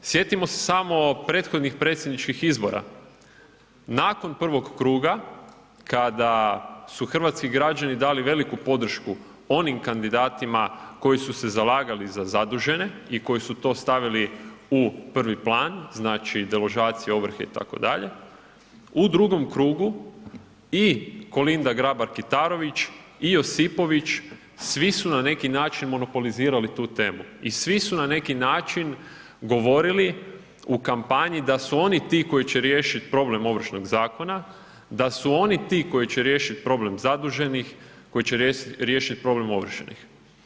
Sjetimo se samo prethodnih predsjedničkih izbora, nakon prvog kruga kada su hrvatski građani dali veliku podršku onim kandidatima koji su se zalagali za zadužene i koji su to stavili u prvi plan, znači, deložacije, ovrhe, itd. u drugom krugu i Kolinda Grabar Kitarović i Josipović, svi su na neki način monopolizirali tu temu i svi su na neki način govorili u kampanji da su oni ti koji će riješiti problem Ovršnog zakona, da su oni ti koji će riješiti problem zaduženih, koji će riješiti problem ovršenih.